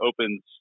opens